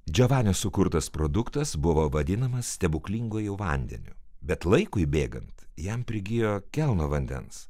džiovanio sukurtas produktas buvo vadinamas stebuklinguoju vandeniu bet laikui bėgant jam prigijo kelno vandens